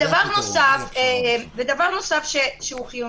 דבר נוסף שהוא חיוני,